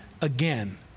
again